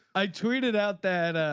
i tweeted out that